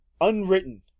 Unwritten